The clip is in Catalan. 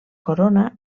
corona